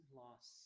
loss